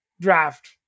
draft